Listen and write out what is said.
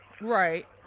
Right